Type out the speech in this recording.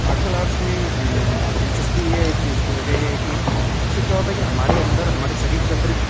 martial arts میں دل چسپی یہ ہے کی اس کی وجہ یہ ہے کہ اس سے کیا ہوتا ہے کہ ہمارے اندر ہمارے شریر کے اندر ایک